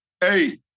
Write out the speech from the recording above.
hey